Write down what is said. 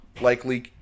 likely